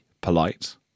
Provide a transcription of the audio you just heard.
polite